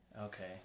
Okay